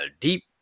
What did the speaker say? deep